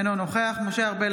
אינו נוכח משה ארבל,